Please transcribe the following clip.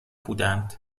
بودند